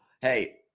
Hey